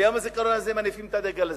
וביום הזיכרון הזה מניפים את הדגל הזה,